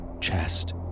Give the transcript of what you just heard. chest